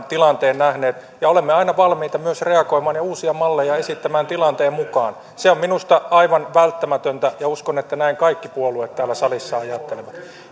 tilanteen nähneet ja olemme aina valmiita myös reagoimaan ja uusia malleja esittämään tilanteen mukaan se on minusta aivan välttämätöntä ja uskon että näin kaikki puolueet täällä salissa ajattelevat